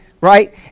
right